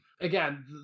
Again